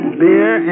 beer